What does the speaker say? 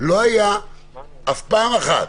לא היה אף פעם אחת,